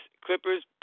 Clippers